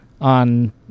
on